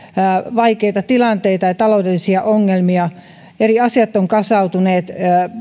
vaikeita tilanteita ja taloudellisia ongelmia eri asiat ovat kasautuneet